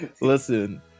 Listen